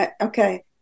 okay